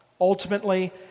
ultimately